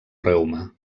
reuma